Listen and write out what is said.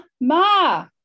ma